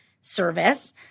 service